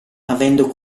avendo